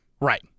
right